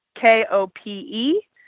k-o-p-e